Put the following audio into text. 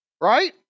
right